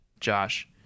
josh